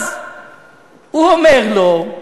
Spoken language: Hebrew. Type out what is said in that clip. אז הוא אומר לו: